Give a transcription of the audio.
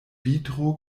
vitro